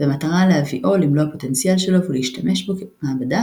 במטרה להביאו למלוא הפוטנציאל שלו ולהשתמש בו כמעבדה